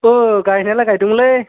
ओ गायनायालाय गायदोंमोनलै